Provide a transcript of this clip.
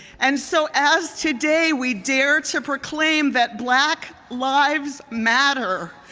and so as today we dare to proclaim that black lives matter,